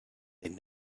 they